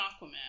Aquaman